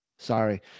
Sorry